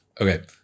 okay